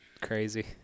crazy